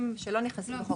הגופים היום שלא נכנסים לחוק.